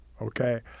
Okay